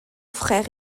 frère